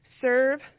serve